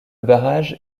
barrage